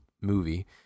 movie